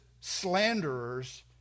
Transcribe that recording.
slanderers